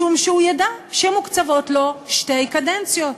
משום שהוא ידע שמוקצבות לו שתי קדנציות.